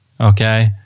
okay